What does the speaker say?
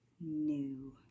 new